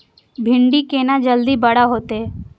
भिंडी केना जल्दी बड़ा होते?